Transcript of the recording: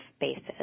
basis